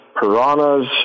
piranhas